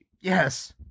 Yes